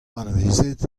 anavezet